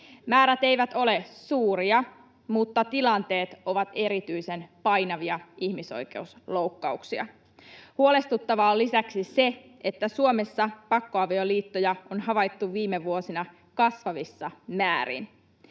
Määrät eivät ole suuria, mutta tilanteet ovat erityisen painavia ihmisoikeusloukkauksia. Huolestuttavaa on lisäksi se, että Suomessa pakkoavioliittoja on havaittu viime vuosina kasvavissa määrin.